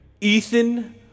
Ethan